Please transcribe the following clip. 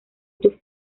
too